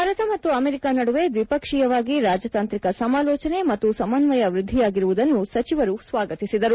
ಭಾರತ ಮತ್ತು ಅಮೆರಿಕಾ ನಡುವೆ ದ್ವೀಪಕ್ಷೀಯವಾಗಿ ರಾಜತಾಂತ್ರಿಕ ಸಮಾಲೋಚನೆ ಮತ್ತು ಸಮನ್ವಯ ವ್ವದ್ದಿಯಾಗಿರುವುದನ್ನು ಸಚಿವರು ಸ್ವಾಗತಿಸಿದರು